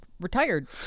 retired